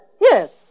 Yes